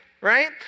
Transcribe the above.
right